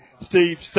Steve